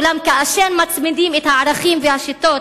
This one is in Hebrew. אולם כאשר מצמידים את הערכים והשיטות